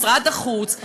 משרד החוץ,